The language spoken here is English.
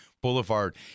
Boulevard